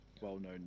well-known